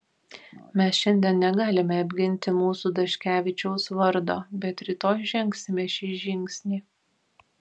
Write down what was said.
mes šiandien negalime apginti mūsų daškevičiaus vardo bet rytoj žengsime šį žingsnį